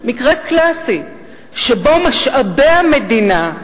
מקרה קלאסי שבו משאבי המדינה,